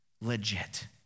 legit